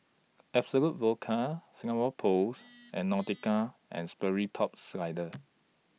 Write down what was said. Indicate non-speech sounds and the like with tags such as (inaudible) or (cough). Absolut Vodka Singapore Post (noise) and Nautica and Sperry Top Sider